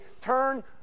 turn